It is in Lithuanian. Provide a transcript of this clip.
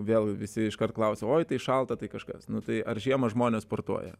vėl visi iškart klausia oi tai šalta tai kažkas nu tai ar žiemą žmonės sportuoja